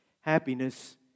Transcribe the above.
happiness